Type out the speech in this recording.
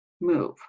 move